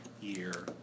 year